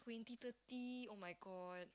twenty thirty oh my god